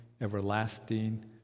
everlasting